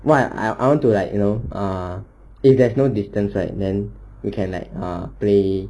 why I I want to like you know err if there's no distance right then you can like uh play